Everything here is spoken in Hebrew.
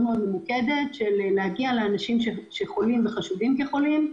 ממוקדת של להגיע לאנשים חולים וחשודים כחולים,